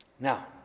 Now